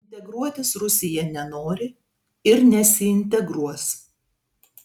integruotis rusija nenori ir nesiintegruos